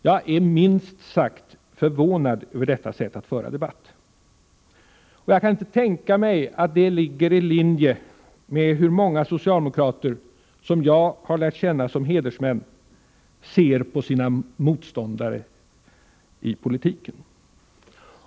Jag är minst sagt förvånad över detta sätt att föra debatt. Jag kan inte tänka mig att det ligger i linje med hur många socialdemokrater, som jag har lärt känna som hedersmän, ser på sina motståndare i politiken.